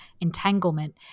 entanglement